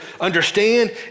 understand